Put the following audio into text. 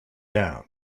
down